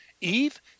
Eve